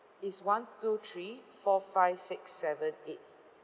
it's one two three four five six seven eight